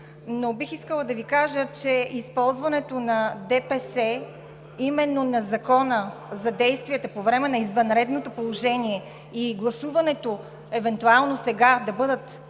но бих искала да Ви кажа, че използването на ДПС и именно на Закона за действията по време на извънредното положение, и гласуването, да бъдат